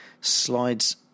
slides